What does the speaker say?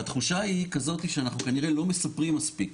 והתחושה היא כזאת שאנחנו כנראה לא מספרים מספיק